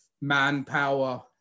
manpower